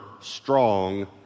strong